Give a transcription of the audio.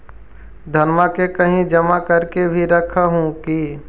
धनमा के कहिं जमा कर के भी रख हू की?